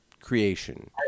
creation